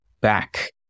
back